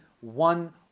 one